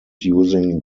using